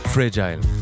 Fragile